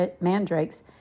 mandrakes